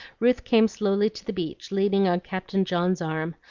ruth came slowly to the beach leaning on captain john's arm,